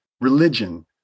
religion